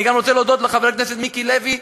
אני גם רוצה להודות לחבר הכנסת מיקי לוי,